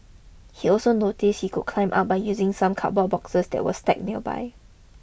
he also noticed he could climb up by using some cardboard boxes that were stacked nearby